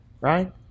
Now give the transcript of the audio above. right